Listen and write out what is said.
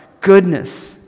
goodness